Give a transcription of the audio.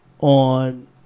on